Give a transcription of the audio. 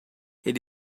ele